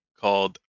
called